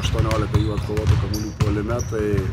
aštuoniolika atkovotų kamuolių puolime tai